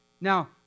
Now